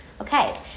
Okay